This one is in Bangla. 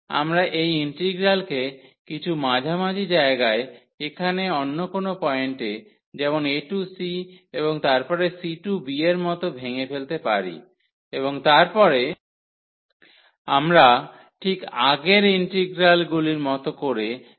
আমরা এই ইন্টিগ্রালকে কিছু মাঝামাঝি জায়গায় এখানে অন্য কোনও পয়েন্টে যেমন a টু c এবং তারপরে c টু b এর মতো ভেঙে ফেলতে পারি এবং তারপরে আমরা ঠিক আগের ইন্টিগ্রালগুলির মত করে সেটা করতে পারি